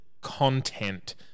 content